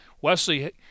Wesley